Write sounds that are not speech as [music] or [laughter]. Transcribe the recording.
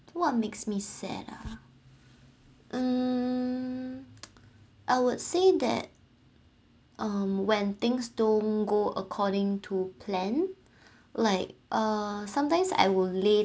what makes me sad ah um [noise] I would say that um when things don't go according to plan [breath] like uh sometimes I will lay